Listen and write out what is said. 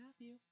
Matthew